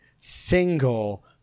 single